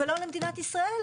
ולא למדינת ישראל,